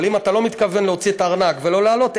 אבל אם אתה לא מתכוון להוציא את הארנק ולא לעלות,